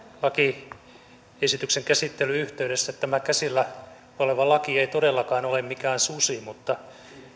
lakiesityksen käsittelyn yhteydessä että tämä käsillä oleva laki ei todellakaan ole mikään susi mutta